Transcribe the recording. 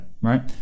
right